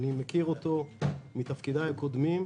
אני מכיר אותו מתפקידי הקודמים.